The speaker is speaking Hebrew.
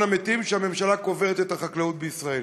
המתים שבו הממשלה קוברת את החקלאות בישראל.